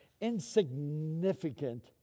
insignificant